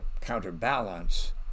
counterbalance